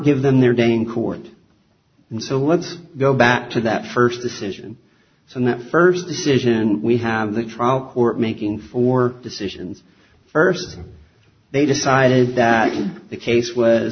give them their day in court and so let's go back to that first decision from that first decision we have the trial court making four decisions first they decided that the case was